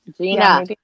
Gina